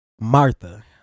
Martha